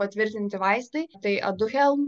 patvirtinti vaistai tai aduhelm